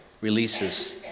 releases